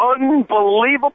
unbelievable